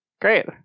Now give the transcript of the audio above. Great